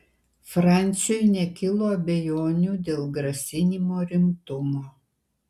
franciui nekilo abejonių dėl grasinimo rimtumo